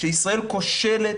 שישראל כושלת,